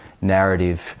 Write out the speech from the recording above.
narrative